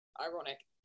ironic